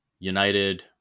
United